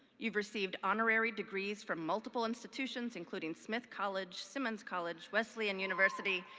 you've received honorary degrees from multiple institutions including, smith college, simmons college, wesleyan university,